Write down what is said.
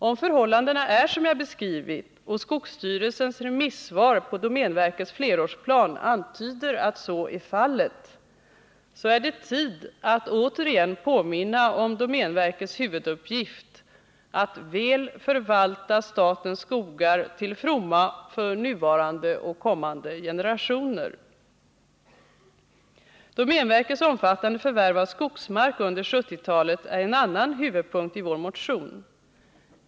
Om förhållandena är sådana som jag beskrivit dem — och skogsstyrelsens remissvar på domänverkets flerårsplan antyder att så är fallet — är det tid att återigen påminna om domänverkets huvuduppgift: att väl förvalta statens skogar, till ftrfomma för nuvarande och kommande generationer. Domänverkets omfattande förvärv av skogsmark under 1970-talet är en annan huvudpunkt i vår motion.